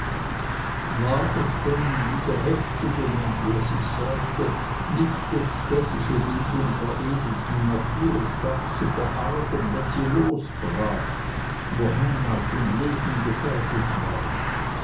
war es denn dieser heftigen und wie er sich sagte nicht durch städtische bildung veredelten natur stark zu verargen wenn sie losbrach wo heimat und leben gefährdet war